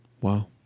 Wow